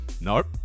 Nope